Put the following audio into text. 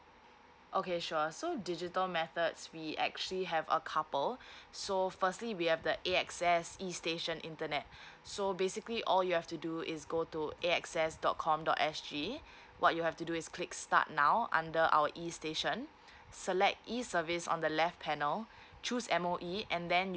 okay sure so digital methods we actually have a couple so firstly we have the A _X_S e station internet so basically all you have to do is go to A_X_S dot com dot S G what you have to do is click start now under our e station select e service on the left panel choose M_O_E and then